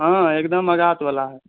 हँ एकदम अजात वला है